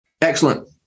excellent